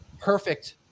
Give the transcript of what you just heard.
perfect